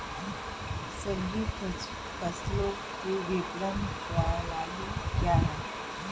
सब्जी फसलों की विपणन प्रणाली क्या है?